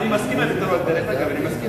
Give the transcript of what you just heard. אני מסכים לזה, דרך אגב.